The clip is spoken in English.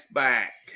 back